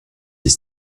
des